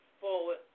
forward